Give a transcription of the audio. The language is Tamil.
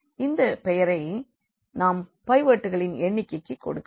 இந்த பெயரை நாம் பைவோட்களின் எண்ணிக்கைக்கு கொடுக்கிறோம்